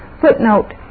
Footnote